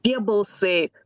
tie balsai